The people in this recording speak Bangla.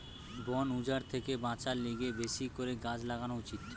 বন উজাড় থেকে বাঁচার লিগে বেশি করে গাছ লাগান উচিত